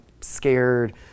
scared